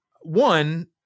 one